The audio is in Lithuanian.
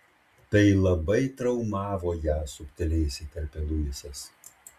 tai labai traumavo ją subtiliai įsiterpia luisas